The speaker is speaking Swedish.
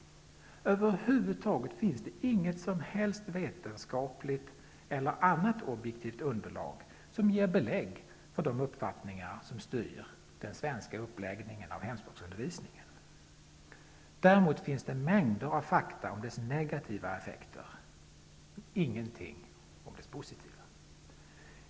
Över huvud taget finns det inget som helst vetenskapligt eller annat objektivt underlag, som ger belägg för de uppfattningar som styr den svenska uppläggningen av hemspråksundervisningen. Däremot finns det mängder av fakta om dess negativa effekter. Ingenting om dess positiva.